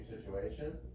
situation